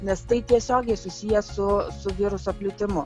nes tai tiesiogiai susiję su su viruso plitimu